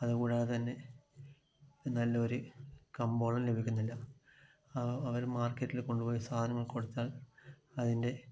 അതുകൂടാതെ തന്നെ നല്ല ഒരു കമ്പോളം ലഭിക്കുന്നില്ല അ അവർ മാർക്കറ്റിൽ കൊണ്ടുപോയി സാധനങ്ങൾ കൊടുത്താൽ അതിൻ്റെ